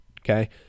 Okay